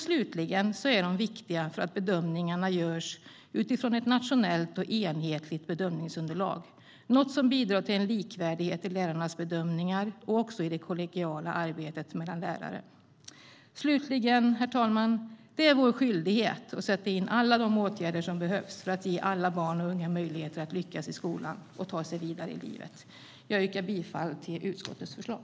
Slutligen är de viktiga därför att bedömningarna görs utifrån ett nationellt och enhetligt bedömningsunderlag, något som bidrar till en likvärdighet i lärarnas bedömningar och även i det kollegiala arbetet mellan lärare. Avslutningsvis, herr talman, vill jag säga att det är vår skyldighet att sätta in alla de åtgärder som behövs för att ge alla barn och unga möjlighet att lyckas i skolan och ta sig vidare i livet. Jag yrkar bifall till utskottets förslag.